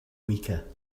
weaker